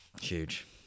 huge